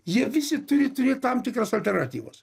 jie visi turi turėt tam tikras alternatyvas